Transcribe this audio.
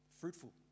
fruitful